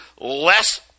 less